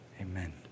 Amen